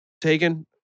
taken